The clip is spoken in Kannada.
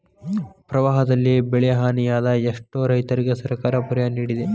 ಪ್ರವಾಹದಲ್ಲಿ ಬೆಳೆಹಾನಿಯಾದ ಎಷ್ಟೋ ರೈತರಿಗೆ ಸರ್ಕಾರ ಪರಿಹಾರ ನಿಡಿದೆ